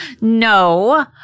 No